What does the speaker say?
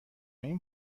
این